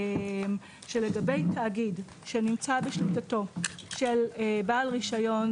הגענו למסקנה שלגבי תאגיד שנמצא בשליטתו של בעל רישיון